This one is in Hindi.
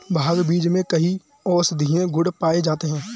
भांग बीज में कई औषधीय गुण पाए जाते हैं